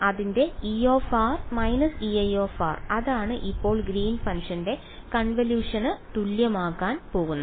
അതിന്റെ E − Ei അതാണ് ഇപ്പോൾ ഗ്രീൻസ് ഫംഗ്ഷന്റെ കൺവല്യൂഷന് തുല്യമാകാൻ പോകുന്നത്